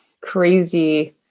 crazy